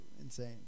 insane